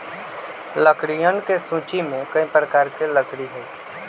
लकड़ियन के सूची में कई प्रकार के लकड़ी हई